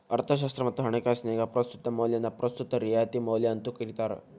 ಅರ್ಥಶಾಸ್ತ್ರ ಮತ್ತ ಹಣಕಾಸಿನ್ಯಾಗ ಪ್ರಸ್ತುತ ಮೌಲ್ಯನ ಪ್ರಸ್ತುತ ರಿಯಾಯಿತಿ ಮೌಲ್ಯ ಅಂತೂ ಕರಿತಾರ